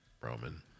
Roman